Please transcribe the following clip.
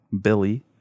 Billy